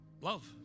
love